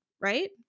right